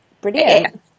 brilliant